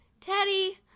Teddy